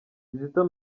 kizito